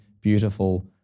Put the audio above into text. beautiful